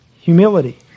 humility